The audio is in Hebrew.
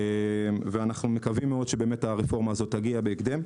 אנחנו מקווים מאוד שבאמת הרפורמה הזאת תגיע בהקדם.